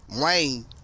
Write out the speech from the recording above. Wayne